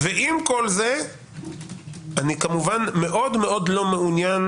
עם כל זה אני כמובן מאוד לא מעוניין